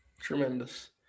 tremendous